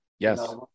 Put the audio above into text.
Yes